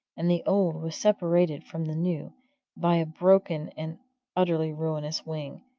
and the old was separated from the new by a broken and utterly ruinous wing,